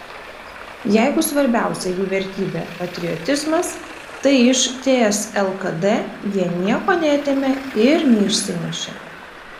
jeigu svarbiausia jų vertybė patriotizmas tai iš ts lkd jie nieko neatėmė ir neišsinešė